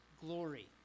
glory